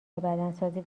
بدنسازی